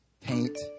paint